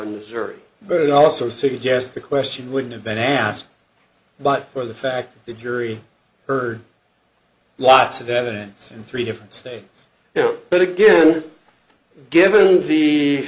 server but it also suggests the question would have been asked by for the fact the jury heard lots of evidence in three different states but again given the